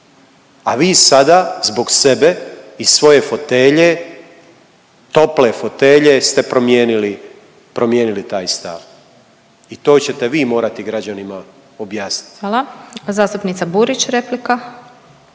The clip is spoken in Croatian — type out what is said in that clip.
a vi sada zbog sebe i svoje fotelje, tople fotelje ste promijenili taj stav i to ćete vi morati građanima objasniti. **Glasovac, Sabina